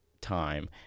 time